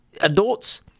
adults